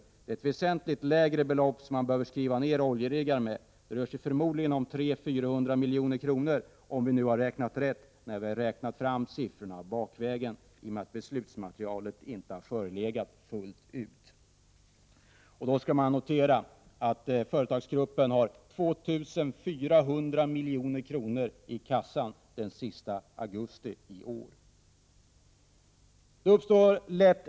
Det är ett väsentligt lägre belopp som man behöver skriva ned oljeriggarna med, förmodligen 300 eller 400 milj.kr., om vi räknat rätt när vi har räknat fram siffrorna bakvägen, eftersom beslutsmaterialet inte har förelegat fullt ut. Då skall man notera att företagsgruppen har 2 400 milj.kr. i kassan den sista augusti i år.